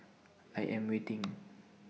I Am waiting